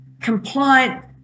compliant